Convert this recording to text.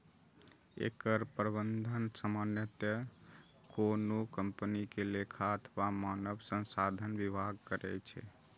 एकर प्रबंधन सामान्यतः कोनो कंपनी के लेखा अथवा मानव संसाधन विभाग करै छै